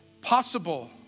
possible